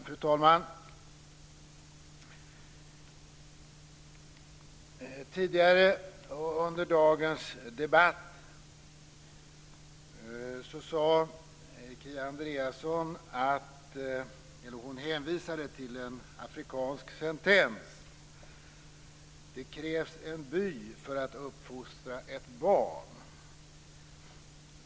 Fru talman! Tidigare under dagens debatt hänvisade Kia Andreasson till en afrikansk sentens: Det krävs en by för att uppfostra ett barn.